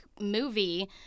movie